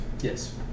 Yes